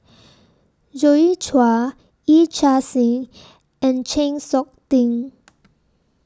Joi Chua Yee Chia Hsing and Chng Seok Tin